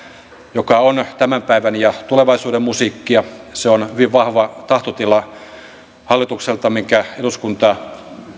joka on tämän päivän ja tulevaisuuden musiikkia se on hallitukselta hyvin vahva tahtotila minkä eduskunta